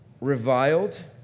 reviled